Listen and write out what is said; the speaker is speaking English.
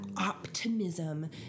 optimism